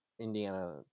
Indiana